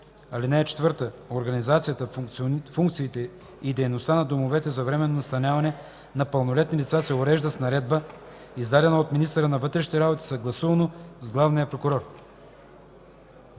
общини. (4) Организацията, функциите и дейността на домовете за временно настаняване на пълнолетни лица се уреждат с наредба, издадена от министъра на вътрешните работи съгласувано с главния прокурор.”